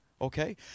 Okay